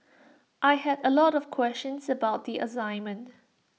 I had A lot of questions about the assignment